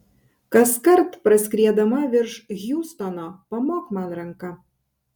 kaskart praskriedama virš hjustono pamok man ranka